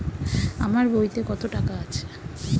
আমার বইতে কত টাকা আছে?